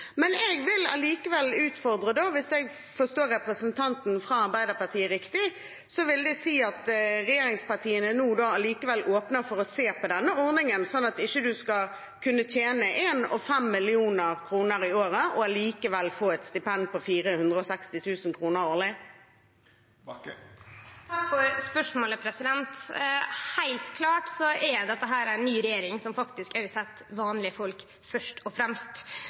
Jeg vil likevel utfordre representanten fra Arbeiderpartiet: Hvis jeg forstår representanten riktig, vil det si at regjeringspartiene nå likevel åpner for å se på denne ordningen, slik at man ikke skal kunne tjene mellom 1 mill. kr og 5 mill. kr i året og likevel få et stipend på 460 000 kr årlig. Eg vil takke for spørsmålet. Dette er heilt klart ei ny regjering, som faktisk set vanlege folk først – det er dei vi er til for. Vanlege folk er kunstnarar og